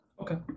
Okay